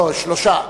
לא, יש שלושה.